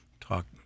talk